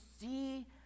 see